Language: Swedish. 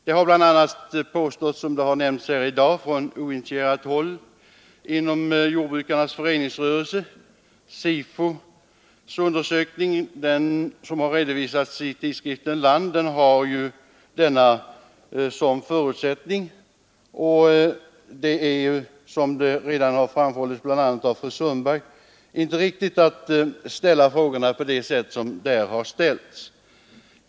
Tidigare här i dag har omnämnts vad som påstås från oinitierat håll inom jordbrukarnas föreningsrörelse och i den SIFO undersökning som redovisats i tidningen Land, och där detta finns med som en förutsättning. Såsom framhållits bl.a. av fru Lundblad är det inte riktigt att ställa frågorna på det sätt som där har skett.